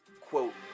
quote